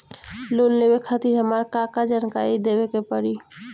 Loan लेवे खातिर हमार का का जानकारी देवे के पड़ी?